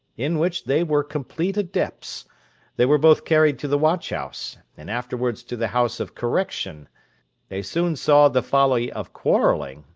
in which they were complete adepts they were both carried to the watch-house, and afterwards to the house of correction they soon saw the folly of quarrelling,